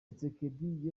tshisekedi